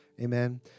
Amen